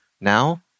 Now